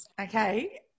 okay